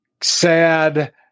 sad